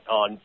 on